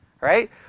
Right